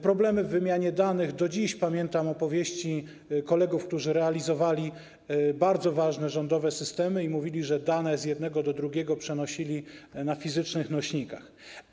Problemy w wymianie danych - do dziś pamiętam opowieści kolegów, którzy realizowali bardzo ważne rządowe systemy i mówili, że dane z jednego do drugiego przenosili na fizycznych nośnikach.